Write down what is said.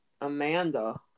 Amanda